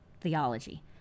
theology